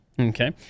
Okay